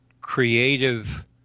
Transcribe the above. creative